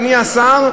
אדוני השר,